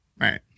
Right